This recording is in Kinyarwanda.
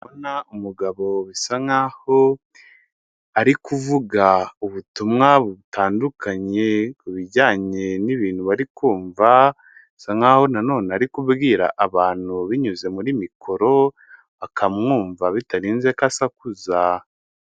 Ndi kubona umugabo bisa nk'aho ari kuvuga ubutumwa butandukanye kubijyanye n'ibintu bari kumva bisa nk'aho na none ari kubwira abantu binyuze muri mikoro akamwumva bitarinze ko asakuza.